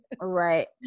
Right